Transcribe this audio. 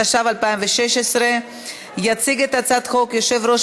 התשע"ו 2016. יציג את הצעת החוק יושב-ראש